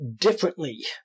differently